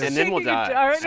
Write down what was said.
then then we'll die. ah